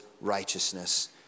righteousness